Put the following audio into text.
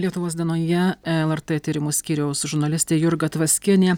lietuvos dienoje lrt tyrimų skyriaus žurnalistė jurga tvaskienė